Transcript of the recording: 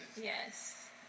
Yes